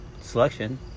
Selection